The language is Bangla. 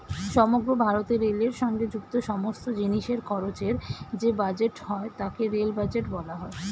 সমগ্র ভারতে রেলের সঙ্গে যুক্ত সমস্ত জিনিসের খরচের যে বাজেট হয় তাকে রেল বাজেট বলা হয়